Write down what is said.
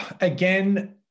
again